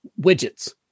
widgets